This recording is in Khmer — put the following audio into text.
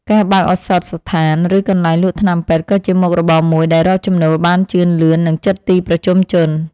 ការបើកឱសថស្ថានឬកន្លែងលក់ថ្នាំពេទ្យក៏ជាមុខរបរមួយដែលរកចំណូលបានជឿនលឿននៅជិតទីប្រជុំជន។